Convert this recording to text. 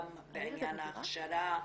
גם בעניין ההכשרה,